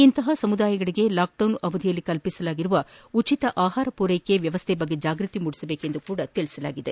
ಇಂತಪ ಸಮುದಾಯಗಳಗೆ ಲಾಕ್ಡೌನ್ ಅವಧಿಯಲ್ಲಿ ಕಲ್ಪಿಸಲಾಗಿರುವ ಉಚಿತ ಅಹಾರ ಪೂರೈಕೆ ವ್ಯವಸ್ಥೆಯ ಬಗ್ಗೆ ಜಾಗೃತಿ ಮೂಡಿಸಬೇಕೆಂದು ಸಹ ತಿಳಿಸಲಾಗಿದೆ